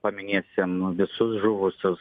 paminėsim visus žuvusius